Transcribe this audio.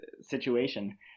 situation